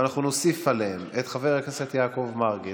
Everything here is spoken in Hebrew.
אבל אנחנו נוסיף עליהם את חבר הכנסת יעקב מרגי,